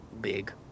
big